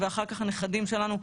ואחר כך הנכדים שלנו,